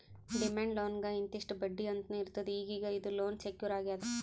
demand ಲೋನ್ಗ್ ಇಂತಿಷ್ಟ್ ಬಡ್ಡಿ ಅಂತ್ನೂ ಇರ್ತದ್ ಈಗೀಗ ಇದು ಲೋನ್ ಸೆಕ್ಯೂರ್ ಆಗ್ಯಾದ್